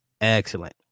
excellent